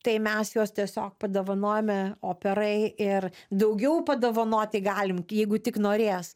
tai mes juos tiesiog padovanojome operai ir daugiau padovanoti galim jeigu tik norės